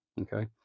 Okay